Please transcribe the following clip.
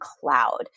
cloud